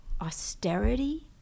austerity